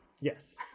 Yes